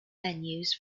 menus